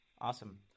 awesome